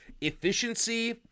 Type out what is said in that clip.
efficiency